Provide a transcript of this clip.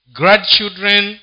grandchildren